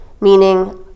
meaning